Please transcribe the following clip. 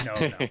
No